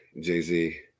Jay-Z